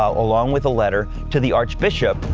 ah along with a letter, to the archbishop.